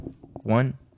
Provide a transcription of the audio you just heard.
One